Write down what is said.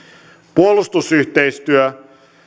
puolustusyhteistyössä